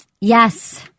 Yes